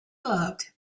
loved